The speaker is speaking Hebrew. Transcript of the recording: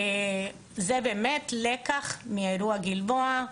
זה באמת לקח מאירוע גלבוע.